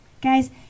guys